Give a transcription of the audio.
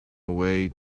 away